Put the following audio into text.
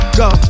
go